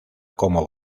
como